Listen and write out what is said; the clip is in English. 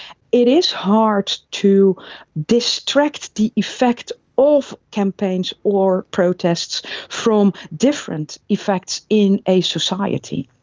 it is hard to distract the effect of campaigns or protests from different effects in a society.